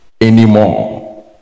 anymore